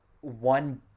one